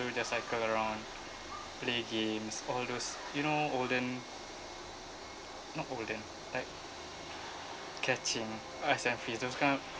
so we just cycle around play games all those you know olden not olden like catching those kind